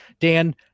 Dan